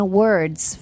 words